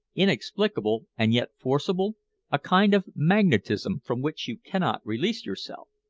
inexplicable and yet forcible a kind of magnetism from which you cannot release yourself?